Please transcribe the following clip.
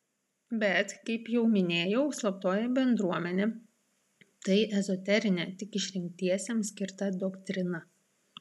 bet kaip jau minėjau slaptoji bendruomenė tai ezoterinė tik išrinktiesiems skirta doktrina